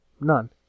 None